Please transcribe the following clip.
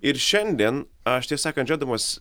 ir šiandien aš tiesą sakant žėdamas